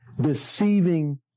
deceiving